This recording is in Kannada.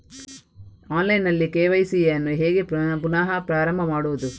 ಆನ್ಲೈನ್ ನಲ್ಲಿ ಕೆ.ವೈ.ಸಿ ಯನ್ನು ಹೇಗೆ ಪುನಃ ಪ್ರಾರಂಭ ಮಾಡುವುದು?